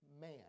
man